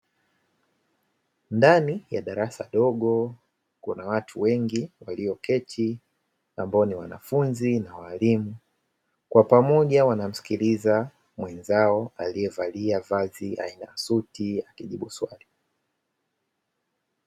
Ndani ya darasa dogo kuna watu wengi walioketi ambao ni wanafunzi na walimu. Kwa pamoja wanamsikiliza mwenzao aliyevalia vazi aina ya suti akijibu swali.